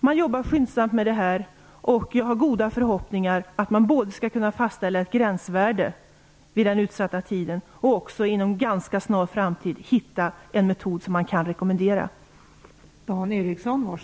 Man jobbar skyndsamt och jag har goda förhoppningar om att man både skall kunna fastställa ett gränsvärde vid den utsatta tiden och även inom en ganska snar framtid hitta en metod som kan rekommenderas.